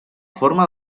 forma